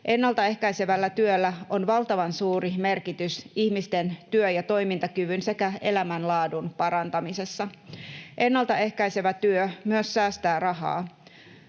Ennaltaehkäisevällä työllä on valtavan suuri merkitys ihmisten työ- ja toimintakyvyn sekä elämänlaadun parantamisessa. Ennaltaehkäisevä työ myös säästää rahaa.